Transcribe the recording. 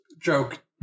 joke